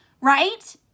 right